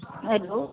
hello